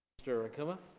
mr. ankuma?